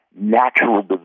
natural